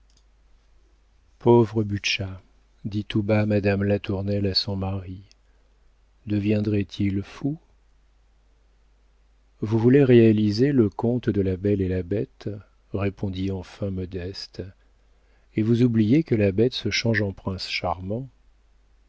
pauvre butscha dit tout bas madame latournelle à son mari deviendrait-il fou vous voulez réaliser le conte de la belle et la bête répondit enfin modeste et vous oubliez que la bête se change en prince charmant